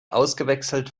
ausgewechselt